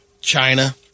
China